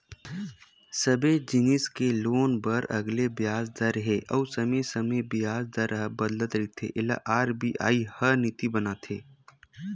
सबे जिनिस के लोन बर अलगे बियाज दर हे अउ समे समे बियाज दर ह बदलत रहिथे एला आर.बी.आई ह नीति बनाथे